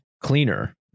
cleaner